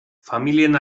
familien